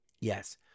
Yes